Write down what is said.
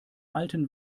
alten